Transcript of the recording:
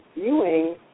viewing